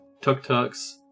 tuk-tuks